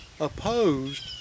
opposed